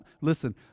listen